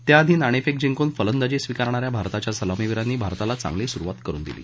त्याआधी नाणक्कि जिंकून फलंदाजी स्विकारणाऱ्या भारताच्या सलामीवीरांनी भारताला चांगली सुरुवात करुन दिली